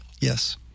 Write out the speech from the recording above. Yes